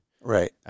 Right